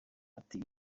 ati